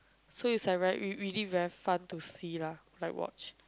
so it's like r~ really fun to see lah like watch